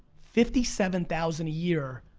fifty seven thousand a year,